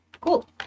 Cool